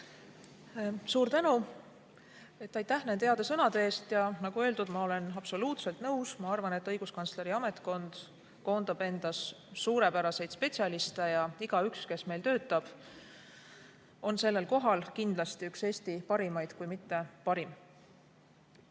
Suur tänu! Aitäh nende heade sõnade eest! Nagu öeldud, ma olen absoluutselt nõus. Ma arvan, et õiguskantsleri ametkond koondab endas suurepäraseid spetsialiste. Igaüks, kes meil töötab, on sellel kohal kindlasti üks Eesti parimaid, kui mitte parim.